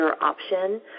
option